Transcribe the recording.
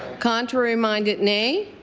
contrary minded nay?